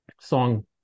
song